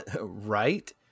Right